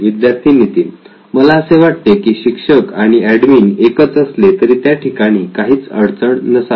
विद्यार्थी नितीन मला असे वाटते की शिक्षक आणि एडमिन एकच असले तरी त्या ठिकाणी काही अडचण नसावी